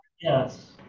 Yes